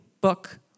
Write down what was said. book